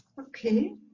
Okay